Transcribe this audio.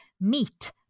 Meat